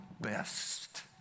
best